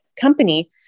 company